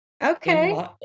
Okay